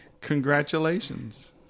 Congratulations